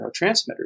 neurotransmitters